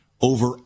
over